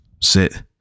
sit